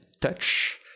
touch